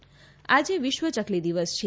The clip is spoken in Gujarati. ચકલી દિવસ આજે વિશ્વ ચકલી દિવસ છે